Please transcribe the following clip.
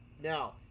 Now